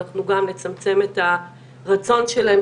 אנחנו גם נצמצם את הרצון שלהם.